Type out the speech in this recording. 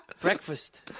Breakfast